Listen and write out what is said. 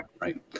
right